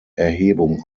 erhebung